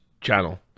channel